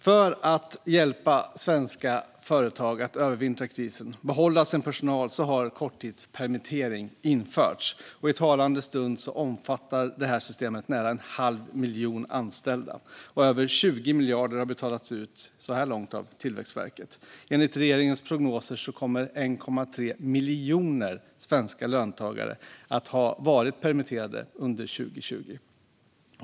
För att hjälpa svenska företag att övervintra under krisen och att behålla sin personal har korttidspermitteringar införts. I talande stund omfattar det systemet nära en halv miljon anställda. Över 20 miljarder har så här långt betalats ut av Tillväxtverket. Enligt regeringens prognoser kommer 1,3 miljoner svenska löntagare att ha varit permitterade under 2020.